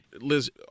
Liz